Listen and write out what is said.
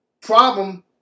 problem